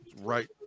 Right